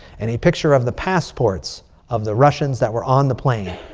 and a picture of the passports of the russians that were on the plane.